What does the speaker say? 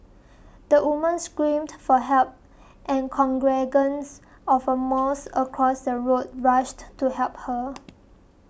the woman screamed for help and congregants of a mosque across the road rushed to help her